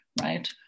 right